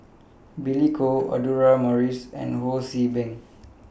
Billy Koh Audra Morrice and Ho See Beng